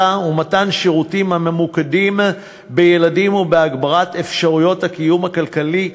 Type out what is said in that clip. ומתן שירותים הממוקדים בילדים ובהגברת אפשרויות הקיום הכלכלי העצמאי,